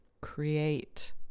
create